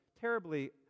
terribly